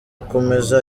akomeza